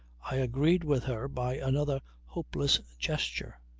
i agreed with her by another hopeless gesture.